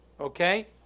Okay